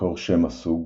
מקור שם הסוג